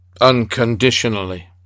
unconditionally